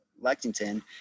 Lexington